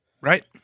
Right